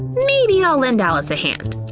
maybe i'll lend alice a hand,